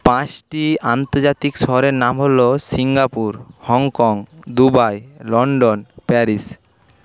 পাঁচটি আন্তর্জাতিক শহরের নাম হল Singapore Hong Kong Dubai London Paris